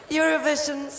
Eurovision